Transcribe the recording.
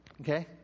okay